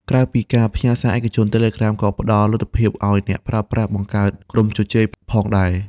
ក្រៅពីការផ្ញើសារឯកជន Telegram ក៏ផ្តល់លទ្ធភាពឲ្យអ្នកប្រើប្រាស់ បង្កើតក្រុមជជែក ផងដែរ។